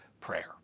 prayer